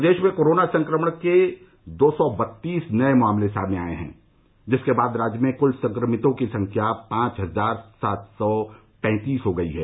प्रदेश में कोरोना संक्रमण के दो सौ बत्तीस नए मामले सामने आए हैं जिसके बाद राज्य में क्ल संक्रमितों की संख्या पांच हजार सात सौ पैंतीस हो गई है